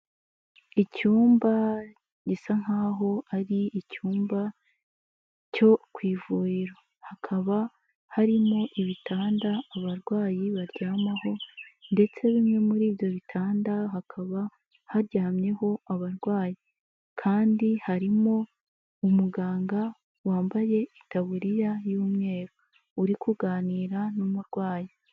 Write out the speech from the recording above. Icyumba gisa nkaho ari icyumba cyo ku ivuriro. Hakaba harimo ibitanda abarwayi baryamaho ndetse bimwe muri ibyo bitanda hakaba haryamyeho abarwayi. Kandi harimo umuganga wambaye itaburiya y'umweru uri kuganira n'umurwayi.